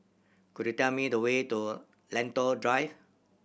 could you tell me the way to Lentor Drive